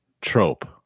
trope